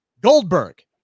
Goldberg